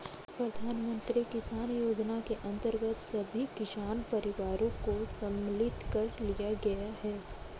प्रधानमंत्री किसान योजना के अंतर्गत सभी किसान परिवारों को सम्मिलित कर लिया गया है